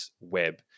web